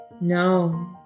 No